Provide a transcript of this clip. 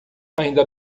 ainda